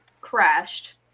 crashed